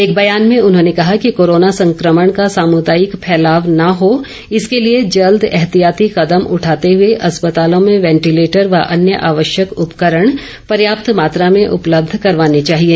एक बयान में उन्होंने कहा कि कोरोना संक्रमण का सामुदायिक फैलाव न हो इसके लिए जल्द एहतियाती कदम उठाते हुए अस्पतालों में वैंटिलेटर व अन्य आवश्यक उपकरण पर्याप्त मात्रा में उपलब्ध करवाने चाहिए